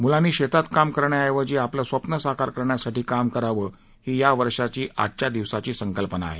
मुलांनी शेतात काम करण्याऐवजी आपलं स्वप्न साकार करण्यासाठी काम करावं ही या वर्षाची आजच्या दिवसाची संकल्पना आहे